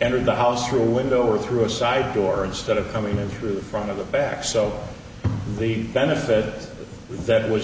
entered the house through a window or through a side door instead of coming in through the front of the back so the benefit that was